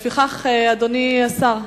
לפיכך, אדוני השר,